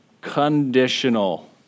conditional